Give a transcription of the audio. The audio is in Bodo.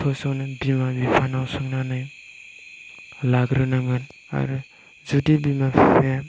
फोर्स्ट आवनो बिमा बिफानियाव सोंनानै लाग्रोनांगोन आरो जुदि बिमा बिफाया